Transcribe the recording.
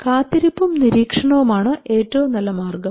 കാത്തിരിപ്പും നിരീക്ഷണവുമാണ് ഏറ്റവും നല്ല മാർഗം